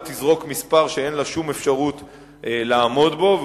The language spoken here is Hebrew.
תזרוק מספר שאין לה שום אפשרות לעמוד בו,